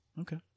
Okay